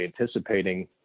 anticipating